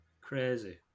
crazy